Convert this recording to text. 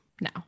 now